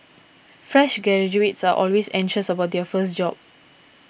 fresh graduates are always anxious about their first job